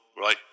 right